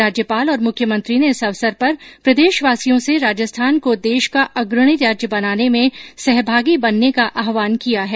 राज्यपाल और मुख्यमंत्री ने इस अवसर पर प्रदेशवासियों से राजस्थान को देश का अग्रणी राज्य बनाने में सहभागी बनने का आह्वान किया है